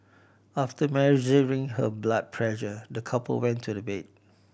after measuring her blood pressure the couple went to the bed